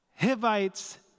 Hivites